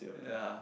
ya